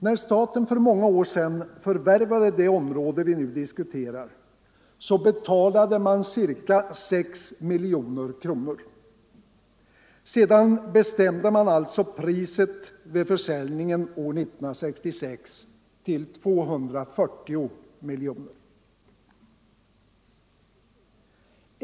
När staten för många år sedan förvärvade det område vi nu diskuterar betalade man ca 6 miljoner kronor. Sedan bestämde man alltså priset vid försäljningen år 1966 till 240 miljoner kronor.